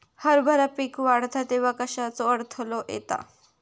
हरभरा पीक वाढता तेव्हा कश्याचो अडथलो येता?